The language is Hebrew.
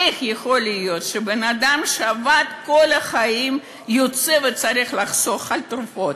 איך יכול להיות שבן-אדם שעבד כל החיים יוצא וצריך לחסוך בתרופות,